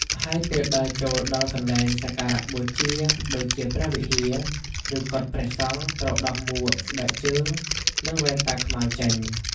ហើយពេលដើរចូលដល់កន្លែងសក្ការបូជា ដូចជាព្រះវិហារ ឬកុដិព្រះសង្ឃ ត្រូវដោះមួក ស្បែកជើង និងវ៉ែនតាខ្មៅចេញ។